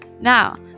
Now